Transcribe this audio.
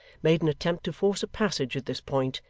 made an attempt to force a passage at this point,